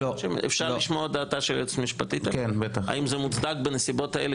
אפשר לשמוע את דעתה של היועצת המשפטית האם זה מוצדק בנסיבות האלה,